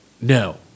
No